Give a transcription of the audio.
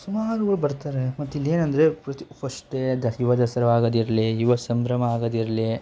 ಸುಮಾರುಗಳು ಬರ್ತಾರೆ ಮತ್ತಿಲ್ಲೇನಂದರೆ ಪ್ರತಿ ಫಸ್ಟೇ ದ ಯುವದಸರಾ ಆಗೋದಿರಲಿ ಯುವಸಂಭ್ರಮ ಆಗೋದಿರಲಿ